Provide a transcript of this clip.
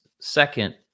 second